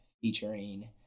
featuring